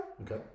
Okay